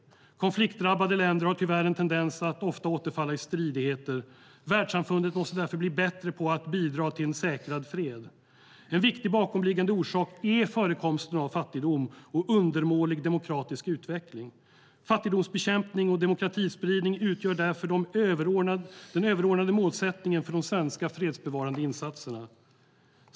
Konfliktdrabbade länder har tyvärr en tendens att ofta återfalla i stridigheter. Världssamfundet måste därför bli bättre på att bidra till en säkrad fred. En viktig bakomliggande orsak är förekomsten av fattigdom och undermålig demokratisk utveckling. Fattigdomsbekämpning och demokratispridning utgör därför den överordnade målsättningen för de svenska fredsbevarande insatserna.